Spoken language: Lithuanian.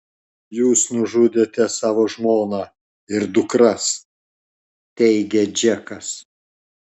jūs nužudėte savo žmoną ir dukras teigia džekas